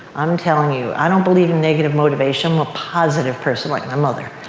i'm telling you, i don't believe in negative motivation. i'm a positive person like my mother.